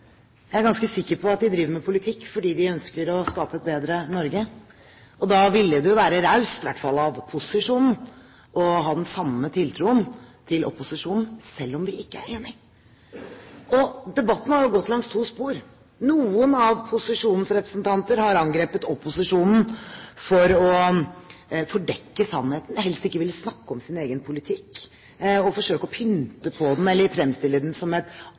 Jeg er ganske sikker på at de driver med politikk fordi de ønsker å skape et bedre Norge, og da ville det jo være raust – i hvert fall av posisjonen – å ha den samme tiltroen til opposisjonen selv om vi ikke er enige. Debatten har jo gått langs to spor. Noen av posisjonens representanter har angrepet opposisjonen for å fordekke sannheten – for helst ikke å ville snakke om sin egen politikk og forsøke å pynte på den eller fremstille den som